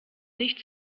nicht